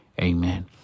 amen